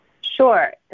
Sure